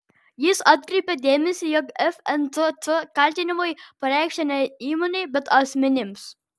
jis atkreipia dėmesį jog fntt kaltinimai pareikšti ne įmonei bet asmenims